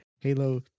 halo